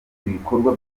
ibikorwa